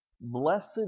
Blessed